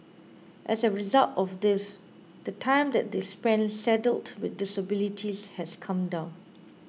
as a result of this the time that they spend saddled with disabilities has come down